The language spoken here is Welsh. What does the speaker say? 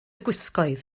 gwisgoedd